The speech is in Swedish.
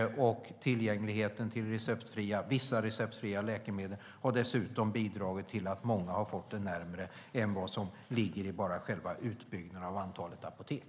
Den ökade tillgängligheten till vissa receptfria läkemedel har dessutom bidragit till att många har fått närmare till sådana. Det handlar alltså inte bara om själva utbyggnaden av antalet apotek.